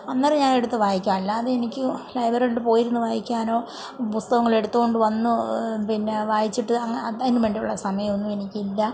അന്നേരം ഞാനെടുത്ത് വായിക്കും അല്ലാതെ എനിക്ക് ലൈബ്രറിയിലോട്ട് പോയിരുന്ന് വായിക്കാനോ പുസ്തകങ്ങളെടുത്ത്കൊണ്ട് വന്ന് പിന്നെ വായിച്ചിട്ട് അതിനും വേണ്ടിയുള്ള സമയം ഒന്നും എനിക്കില്ല